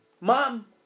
mom